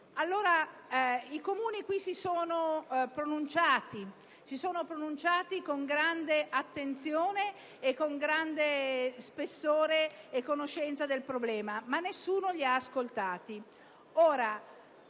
I Comuni si sono pronunciati con grande attenzione, spessore e conoscenza del problema, ma nessuno li ha ascoltati;